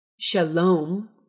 Shalom